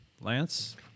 Lance